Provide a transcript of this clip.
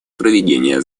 проведение